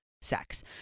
sex